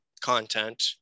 content